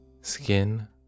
skin